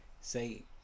say